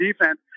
defense